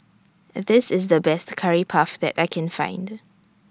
This IS The Best Curry Puff that I Can Find